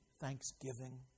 thanksgiving